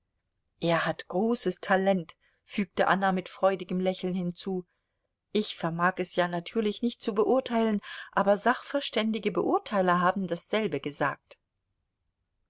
er hat großes talent fügte anna mit freudigem lächeln hinzu ich vermag es ja natürlich nicht zu beurteilen aber sachverständige beurteiler haben dasselbe gesagt